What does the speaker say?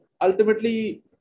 ultimately